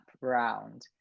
round